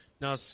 Now